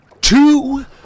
two